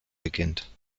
beginnt